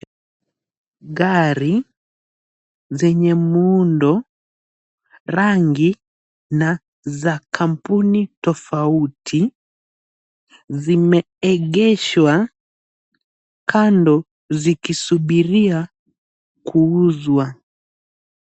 Gari zenye muundo, rangi na za kampuni tofauti, zimeegeshwa kando zikisubiria kuuzwa.